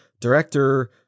director